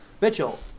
Mitchell